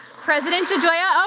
president degioia,